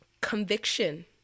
conviction